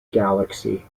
galaxy